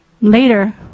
Later